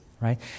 right